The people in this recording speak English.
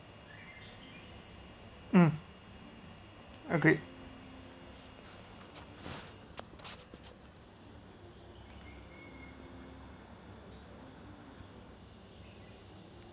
um agreed